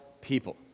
people